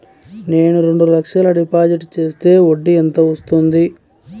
నేను రెండు లక్షల డిపాజిట్ చేస్తే వడ్డీ ఎంత వస్తుంది?